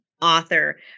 author